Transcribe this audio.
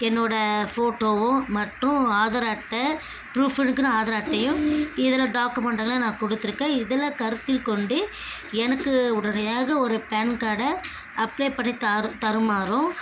என்னோடய ஃபோட்டோவும் மற்றும் ஆதார அட்டை ஃப்ரூப் இருக்கிற ஆதார அட்டையும் இதர டாக்குமெண்டுகளும் நான் கொடுத்துருக்கேன் இதெல்லாம் கருத்தில் கொண்டு எனக்கு உடனடியாக ஒரு பேன் கார்டை அப்ளே பண்ணி தரு தருமாறும்